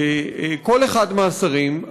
שכל אחד מהשרים,